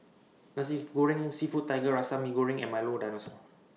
Nasi Goreng Seafood Tiga Rasa Mee Goreng and Milo Dinosaur